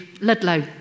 Ludlow